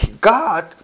God